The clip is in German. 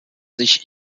sich